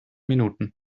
minuten